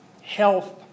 health